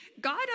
God